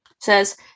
says